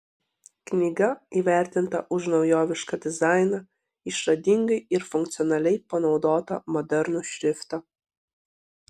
knyga įvertinta už naujovišką dizainą išradingai ir funkcionaliai panaudotą modernų šriftą